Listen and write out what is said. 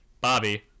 Bobby